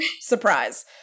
Surprise